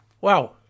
wow